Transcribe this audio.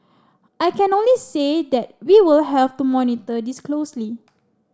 I can only say that we will have to monitor this closely